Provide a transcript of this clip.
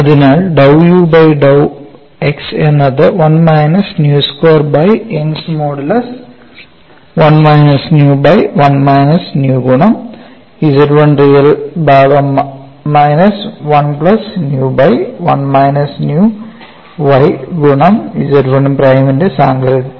അതിനാൽ dou u x by dou x എന്നത് 1 minus nu square by Young's modulus 1 minus nu by 1 minus nu ഗുണം Z1 real ഭാഗം minus 1 plus nu by 1 minus nu y ഗുണം Z1 പ്രൈമിന്റെ സാങ്കൽപ്പിക ഭാഗം ആണ്